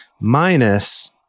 Minus